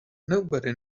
nobody